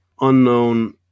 unknown